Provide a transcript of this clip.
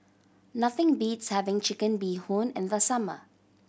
nothing beats having Chicken Bee Hoon in the summer